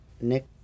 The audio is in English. Nick